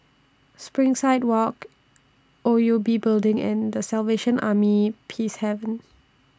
Springside Walk O U B Building and The Salvation Army Peacehaven